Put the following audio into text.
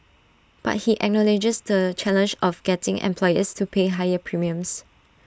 but he acknowledges the challenge of getting employers to pay higher premiums